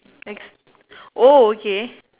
next oh okay